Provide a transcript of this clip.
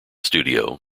studio